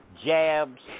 jabs